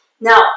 Now